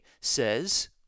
says